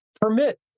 permit